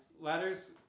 Ladders